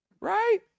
right